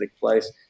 place